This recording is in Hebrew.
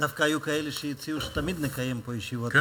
דווקא היו כאלה שהציעו שתמיד נקיים פה ישיבות.